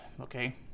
Okay